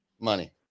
Money